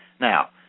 Now